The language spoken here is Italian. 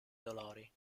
dolori